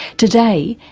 today,